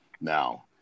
now